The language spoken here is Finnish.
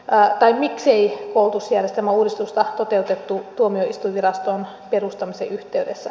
pää tai miksei koulutusjärjestelmän uudistusta toteutettu tuomioistuinviraston perustamisen yhteydessä